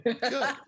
Good